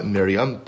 Miriam